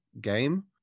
game